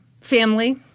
family